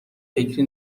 فکری